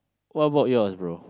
what about yours bro